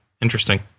interesting